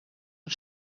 und